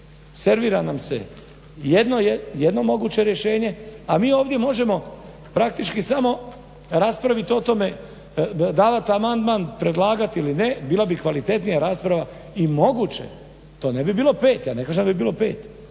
Servira nam se jedno moguće rješenje, a mi ovdje možemo praktički samo raspraviti o tome, davat amandman, predlagat ili ne. Bila bi kvalitetnija rasprava i moguće to ne bi bilo pet, ja ne kažem da bi bilo pet,